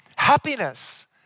Happiness